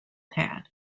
had